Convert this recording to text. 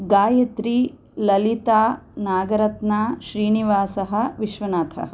गायत्री ललिता नागरत्ना श्रीनिवासः विश्वनाथः